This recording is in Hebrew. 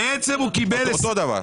אותו דבר.